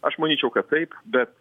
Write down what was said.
aš manyčiau kad taip bet